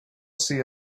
see